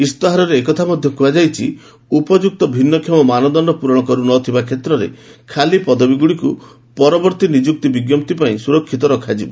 ଇସ୍ତାହାରରେ ଏ କଥା ମଧ୍ୟ କୁହାଯାଇଛି ଉପଯୁକ୍ତ ଭିନ୍ନକ୍ଷମ ମାନଦଣ୍ଡ ପୂରଣ କରୁନଥିବା କ୍ଷେତ୍ରରେ ଖାଲି ପଦବୀଗୁଡ଼ିକୁ ପରବର୍ତ୍ତୀ ନିଯୁକ୍ତି ବିଜ୍ଞପ୍ତି ପାଇଁ ସୁରକ୍ଷିତ ରଖାଯିବ